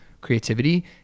creativity